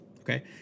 Okay